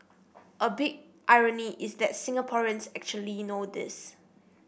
a big irony is that Singaporeans actually know this